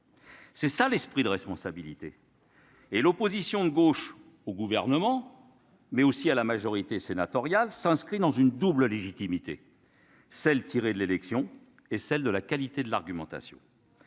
C'est ça l'esprit de responsabilité. Et l'opposition de gauche au gouvernement mais aussi à la majorité sénatoriale s'inscrit dans une double légitimité, celle tirée de l'élection et celle de la qualité de l'argumentation.